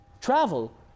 travel